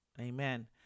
amen